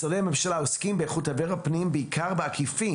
משרדי הממשלה עוסקים באיכות אוויר הפנים בעיקר בעקיפין